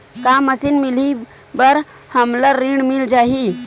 का मशीन मिलही बर हमला ऋण मिल जाही?